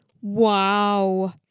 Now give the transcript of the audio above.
wow